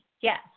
Yes